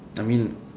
I mean